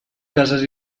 cases